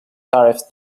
tariffs